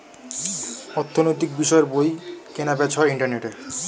অর্থনৈতিক বিষয়ের বই কেনা বেচা হয় ইন্টারনেটে